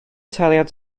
taliad